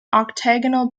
octagonal